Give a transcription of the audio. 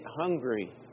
hungry